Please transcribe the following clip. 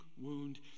wound